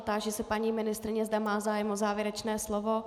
Táži se paní ministryně, zda má zájem o závěrečné slovo.